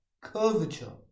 curvature